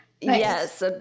Yes